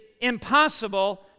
impossible